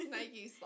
Nike